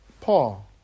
Paul